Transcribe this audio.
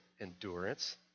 endurance